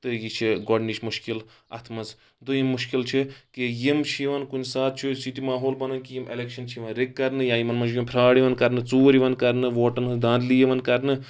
تہٕ یہِ چھِ گۄڈنِچ مُشکِل اَتھ منٛز دۄیِم مُشکِل چھِ کہِ یِم چھِ یِوان کُنہِ ساتہٕ چھِ یہِ تہِ ماحول بَنان کہِ یہِ اَلؠکشن چھِ یِوان رِک کَرنہٕ یا یِمَن منٛز چھُ یِوان فراڈ کَرنہٕ ژوٗر یِوان کَرنہٕ ووٹن ہٕنز دانلی یِوان کَرنہٕ